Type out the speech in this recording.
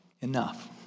enough